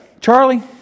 Charlie